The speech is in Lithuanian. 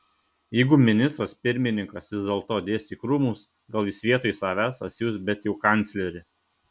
jeigu ministras pirmininkas vis dėlto dės į krūmus gal jis vietoj savęs atsiųs bet jau kanclerį